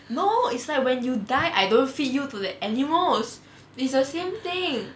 no it's like when you die I don't feed you to the animals it's the same thing